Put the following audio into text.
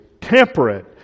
Temperate